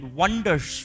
wonders